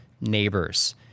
neighbors